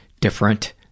different